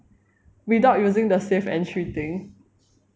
without using the safe entry thing